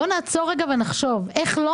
בואו נעצור רגע ונחשוב, איך לא?